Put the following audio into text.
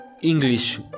English